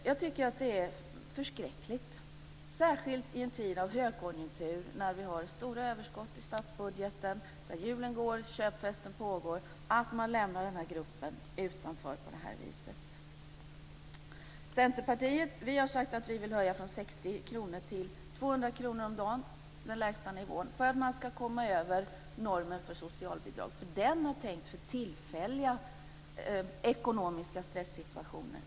Jag tycker att det är förskräckligt, särskilt i en tid av högkonjunktur när vi har stora överskott i statsbudgeten, där hjulen går och köpfesten pågår, att man lämnar denna grupp utanför på det här viset. I Centerpartiet har vi sagt att vi vill höja den lägsta nivån från 60 kr till 200 kr om dagen för att man ska komma över normen för socialbidrag. Den är tänkt för tillfälliga ekonomiska stressituationer.